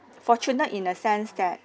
fortunate in a sense that